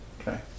Okay